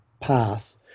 path